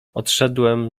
odszedłem